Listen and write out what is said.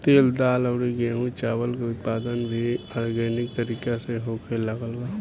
तेल, दाल अउरी गेंहू चावल के उत्पादन भी आर्गेनिक तरीका से होखे लागल बा